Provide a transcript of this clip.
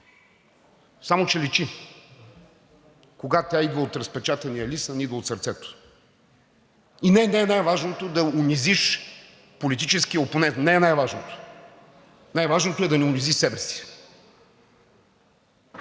само че личи кога тя идва от разпечатания лист, а не идва от сърцето. И не, не е най-важното да унизиш политическия опонент, не е най-важното. Най-важното е да не унизиш себе си.